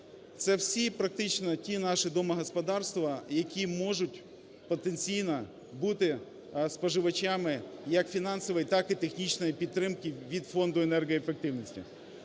Це всі практично ті наші домогосподарства, які можуть потенційно бути споживачами як фінансової, так і технічної підтримки від Фонду енергоефективності.